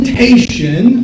Presentation